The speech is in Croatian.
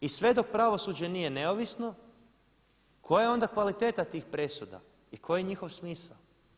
I sve dok pravosuđe nije neovisno koja je onda kvaliteta tih presuda i koji je njihov smisao?